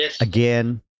again